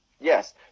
Yes